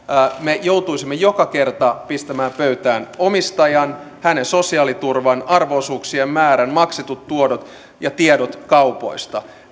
me joutuisimme joka kerta pistämään pöytään omistajan hänen sosiaaliturvatunnuksensa arvo osuuksiensa määrän maksetut tuotot ja tiedot kaupoista